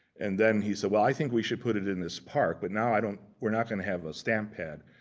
and then he said, well, i think we should put it in this park, but now i don't, we're not going to have a stamp pad.